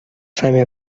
сами